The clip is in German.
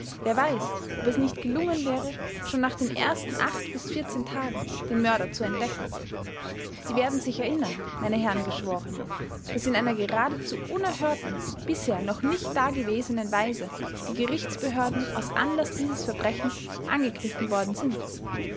wer weiß ob es nicht gelungen wäre schon nach den ersten tagen den mörder zu entdecken sie werden sich erinnern meine herren geschworenen daß in einer geradezu unerhörten bisher noch nicht dagewesenen weise die gerichtsbehörden aus anlaß dieses verbrechens angegriffen worden sind